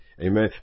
Amen